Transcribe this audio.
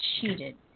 cheated